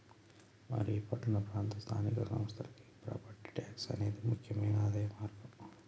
మరి పట్టణ ప్రాంత స్థానిక సంస్థలకి ప్రాపట్టి ట్యాక్స్ అనేది ముక్యమైన ఆదాయ మార్గం